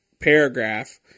paragraph